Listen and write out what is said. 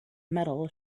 metal